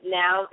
now